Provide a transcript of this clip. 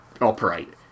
operate